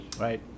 Right